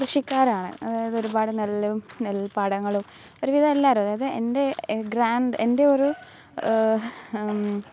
കൃഷിക്കാരാണ് അതായത് ഒരുപാടു നെല്ലും നെൽപാടങ്ങളും ഒരുവിധം എല്ലാവരും അതായത് എന്റെ ഗ്രാൻ്റ് എൻ്റെ ഒരു